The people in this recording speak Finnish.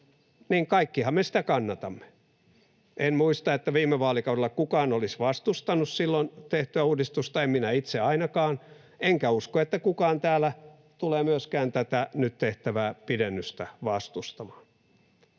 niin kaikkihan me sitä kannatamme. En muista, että viime vaalikaudella kukaan olisi vastustanut silloin tehtyä uudistusta, en minä itse ainakaan, enkä usko, että kukaan täällä tulee myöskään tätä nyt tehtävää pidennystä vastustamaan.